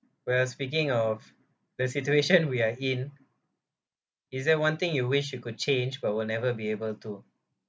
well speaking of the situation we are in is that one thing you wish you could change but will never be able to